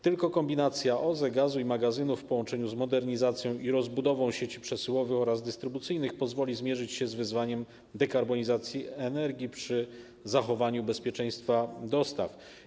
Tylko kombinacja OZE, gazu i magazynów w połączeniu z modernizacją i rozbudową sieci przesyłowych oraz dystrybucyjnych pozwoli zmierzyć się z wyzwaniem dekarbonizacji energii przy zachowaniu bezpieczeństwa dostaw.